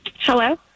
Hello